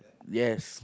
yes